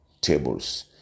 tables